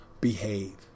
behave